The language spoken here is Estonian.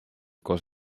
koos